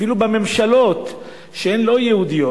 אפילו בממשלות שהן לא יהודיות,